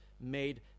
made